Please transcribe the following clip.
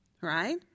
Right